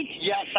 Yes